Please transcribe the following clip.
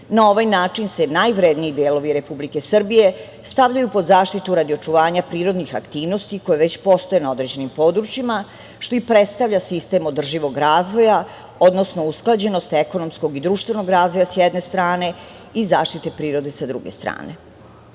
Na ovaj način se najvredniji delovi Republike Srbije stavljaju pod zaštitu radi očuvanja prirodnih aktivnosti koje već postoje na određenim područjima, što i predstavlja sistem održivog razvoja, odnosno usklađenost ekonomskog i društvenog razvoja sa jedne strane i zaštite prirode sa druge strane. Iz